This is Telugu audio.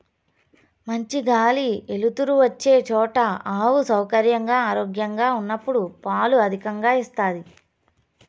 మంచి గాలి ఎలుతురు వచ్చే చోట ఆవు సౌకర్యంగా, ఆరోగ్యంగా ఉన్నప్పుడు పాలు అధికంగా ఇస్తాది